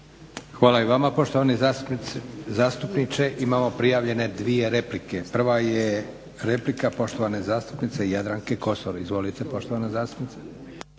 Hvala i vama poštovani zastupniče. Imamo prijavljene dvije replike. Prva je replika poštovane zastupnice Jadranke Kosor. Izvolite poštovana zastupnice.